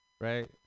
right